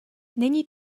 není